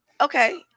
Okay